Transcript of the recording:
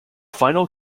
final